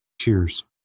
Cheers